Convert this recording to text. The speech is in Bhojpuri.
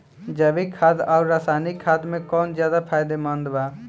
जैविक खाद आउर रसायनिक खाद मे कौन ज्यादा फायदेमंद बा?